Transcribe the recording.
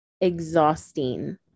exhausting